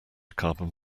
carbon